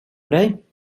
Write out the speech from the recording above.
dig